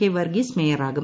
K Varghese മേയറാകും